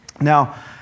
Now